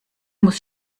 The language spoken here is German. muss